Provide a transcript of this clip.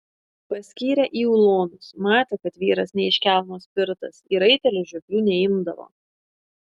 paskyrė į ulonus matė kad vyras ne iš kelmo spirtas į raitelius žioplių neimdavo